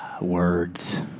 Words